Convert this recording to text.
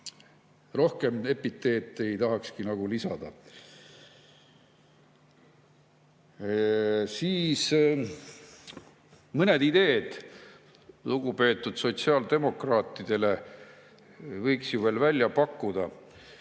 Rohkem epiteete ei tahakski nagu lisada. Aga mõned ideed lugupeetud sotsiaaldemokraatidele võiks ju veel välja pakkuda,